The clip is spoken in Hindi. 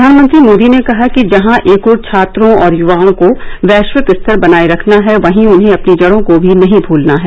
प्रधानमंत्री मोदी ने कहा कि जहां एक ओर छात्रों और युवाओं को वैश्विक स्तर बनाए रखना है वहीं उन्हें अपनी जड़ों को भी नहीं भूलना है